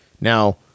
Now